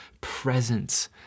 presence